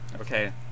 Okay